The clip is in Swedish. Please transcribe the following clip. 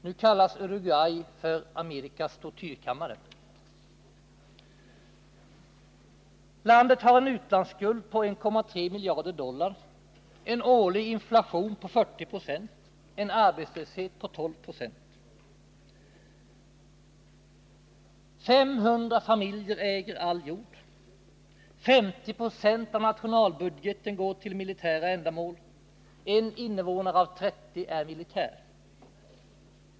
Nu kallas Uruguay ”Amerikas tortyrkammare”. Landet har en utlandsskuld på 1,3 miljarder dollar, en årlig inflation på 40 26 och en arbetslöshet på 12 26. 500 familjer äger all jord. 50 926 av nationalbudgeten går till militära ändamål, och 1 innevånare av 30 är militär.